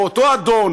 או אותו אדון,